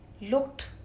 looked